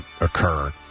occur